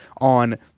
on